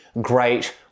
great